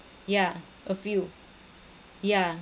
yeah a few yeah